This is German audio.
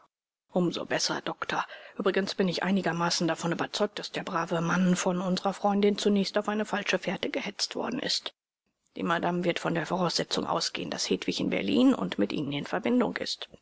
so besser doktor übrigens bin ich einigermaßen davon überzeugt daß der brave mann von unserer freundin zunächst auf eine falsche fährte gehetzt worden ist die madame wird von der voraussetzung ausgehen daß hedwig in berlin und mit ihnen in verbindung ist